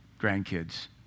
grandkids